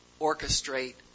orchestrate